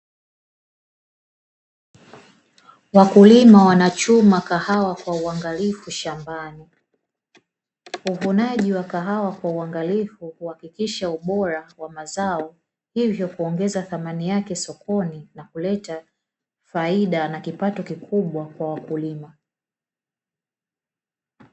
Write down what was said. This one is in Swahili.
Wakulima wanachuma kahawa kwa uangalifu shambani, uvunaji wa kahawa kwa uangalifu uhakikisha ubora wa mazao hivyo kuongeza thamani yake sokoni na kuleta faida na kipato kikubwa kwa wakulima.